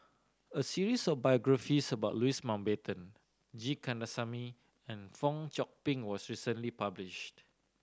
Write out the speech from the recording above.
a series of biographies about Louis Mountbatten G Kandasamy and Fong Chong Pik was recently published